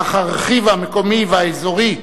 אך הרכיב המקומי והאזורי,